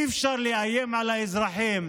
אי-אפשר לאיים על האזרחים.